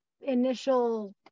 initial